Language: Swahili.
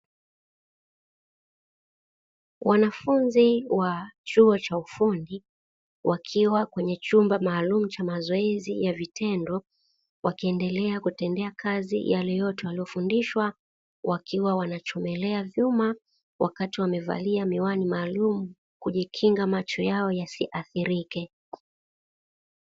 Wanafunzi wa chuo cha ufundi wakiwa kwenye chumba maalumu cha mazoezi ya vitendo, wakiendelea kutendea kazi yale yote wanayofundishwa, wakiwa wanachomelea vyuma wakati wamevalia miwani maalumu kujikinga macho yao yasiathirike.